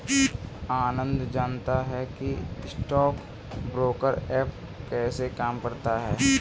आनंद जानता है कि स्टॉक ब्रोकर ऐप कैसे काम करता है?